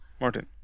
Martin